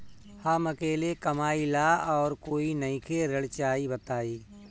हम अकेले कमाई ला और कोई नइखे ऋण चाही बताई?